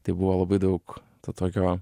tai buvo labai daug to tokio